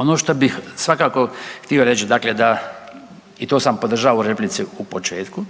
Ono šta bih svakako htio reći, dakle da i to sam podržao u replici u početku,